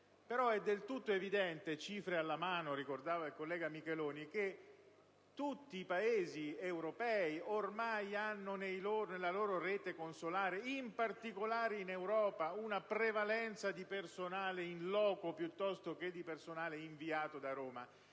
però del tutto evidente, cifre alla mano, come ricordava il collega Micheloni, che tutti i Paesi europei ormai hanno nella loro rete consolare, in particolare in Europa, una prevalenza di personale *in loco* piuttosto che di personale inviato da Roma.